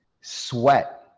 sweat